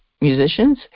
musicians